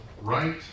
right